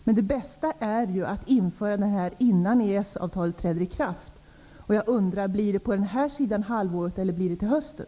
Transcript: Men det bästa är att införa denna avgift innan EES-avtalet träder i kraft. Jag undrar om det blir på denna sida om halvåret eller om det blir till hösten.